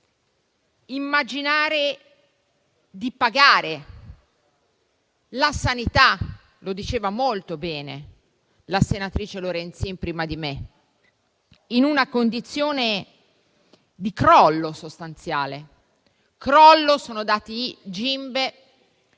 immaginare di pagare la sanità, come ha detto molto bene la senatrice Lorenzin prima di me, in una condizione di crollo sostanziale, che, secondo dati della